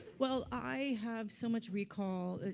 well, i have so much recall.